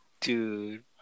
Dude